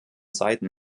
seiten